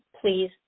please